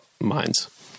minds